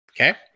Okay